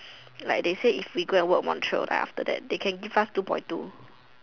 like they say if we go and work Montreal lah after that they can give us two point two